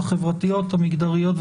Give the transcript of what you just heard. החברתיות,